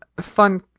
fun